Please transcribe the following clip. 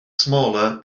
smaller